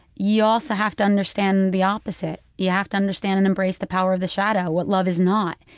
you also have to understand the opposite. you have to understand and embrace the power of the shadow, what love is not.